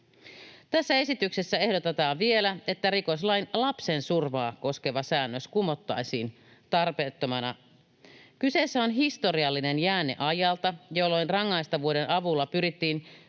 Tässä esityksessä ehdotetaan vielä, että rikoslain lapsensurmaa koskeva säännös kumottaisiin tarpeettomana. Kyseessä on historiallinen jäänne ajalta, jolloin rangaistavuuden avulla pyrittiin